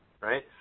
Right